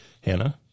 Hannah